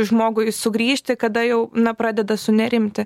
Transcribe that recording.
žmogui sugrįžti kada jau na pradeda sunerimti